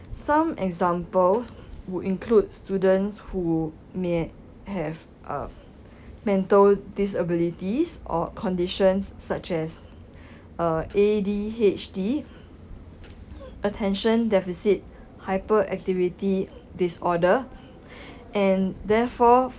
some examples would include students who may have uh mental disabilities or conditions such as uh A_D_H_D attention deficit hyperactivity disorder and therefore